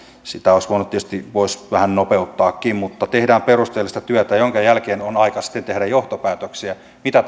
sitä olisi voinut tietysti vähän nopeuttaakin mutta tehdään perusteellista työtä jonka jälkeen on aika sitten tehdä johtopäätöksiä mitä